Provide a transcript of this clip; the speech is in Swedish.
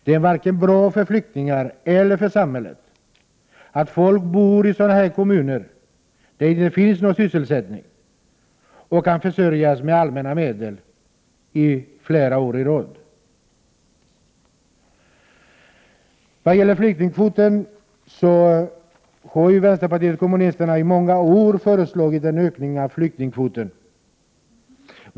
Det är inte bra vare sig för flyktingar eller för samhället att folk bor i sådana kommuner där det inte finns sysselsättning och får försörjas med allmänna medel i flera år i rad. Vpk har i många år föreslagit en ökning av flyktingkvoten.